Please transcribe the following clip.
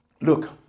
look